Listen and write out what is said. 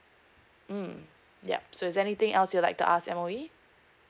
mm yup so is there anything else you like ask M_O_E